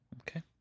Okay